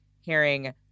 hearing